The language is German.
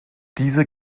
diese